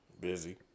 busy